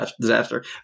disaster